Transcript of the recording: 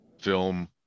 film